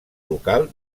local